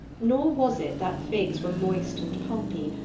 nor was it that the figs were moist and pulpy,